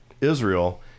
Israel